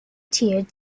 tiered